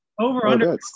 over-under